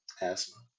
asthma